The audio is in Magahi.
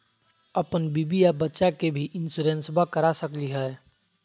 अपन बीबी आ बच्चा के भी इंसोरेंसबा करा सकली हय?